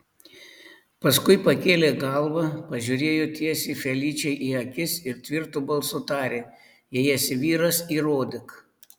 paskui pakėlė galvą pažiūrėjo tiesiai feličei į akis ir tvirtu balsu tarė jei esi vyras įrodyk